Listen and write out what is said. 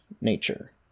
nature